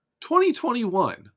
2021